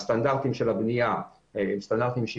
הסטנדרטים של הבניה השתנו.